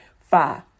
Five